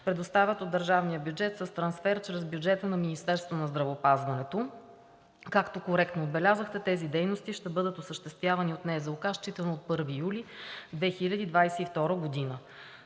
предоставят от държавния бюджет с трансфер чрез бюджета на Министерството на здравеопазването. Както коректно отбелязахте, тези дейности ще бъдат осъществявани от НЗОК считано от 1 юли 2022 г.